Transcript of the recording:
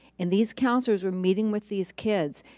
and these counselors were meeting with these kids.